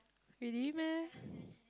really meh